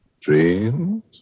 dreams